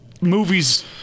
movies